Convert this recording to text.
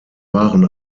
waren